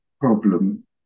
problem